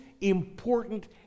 important